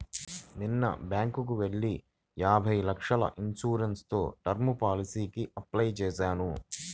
నిన్న బ్యేంకుకెళ్ళి యాభై లక్షల ఇన్సూరెన్స్ తో టర్మ్ పాలసీకి అప్లై చేశాను